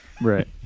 right